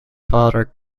father